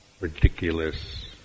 ridiculous